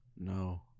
No